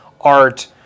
art